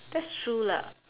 that's true lah